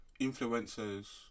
influencers